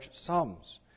sums